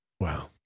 wow